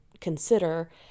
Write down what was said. consider